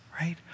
right